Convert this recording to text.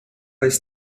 ist